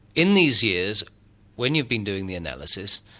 in these years when you've been doing the analysis,